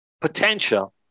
potential